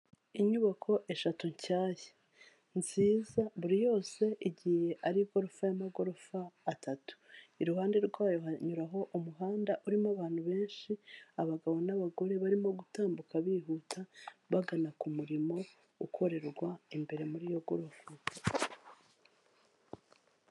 Inyubako eshatu nshyashya nziza, buri yose igiye ari igorofa y'amagorofa atatu, iruhande rwayo hanyuraho umuhanda urimo abantu benshi, abagabo n'abagore barimo gutambuka bihuta bagana ku murimo, ukorerwa imbere muri iyo gorofa.